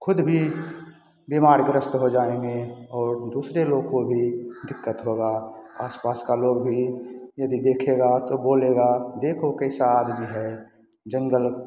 खुद भी बीमारग्रस्त हो जायेंगे और दूसरे लोग को भी दिक्कत होगा आस पास के लोग भी यदि देखेगा तो बोलेगा देखो कैसा आदमी है जंगल को